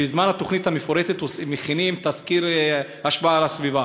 בזמן התוכנית המפורטת מכינים תסקיר השפעה על הסביבה.